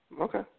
Okay